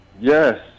Yes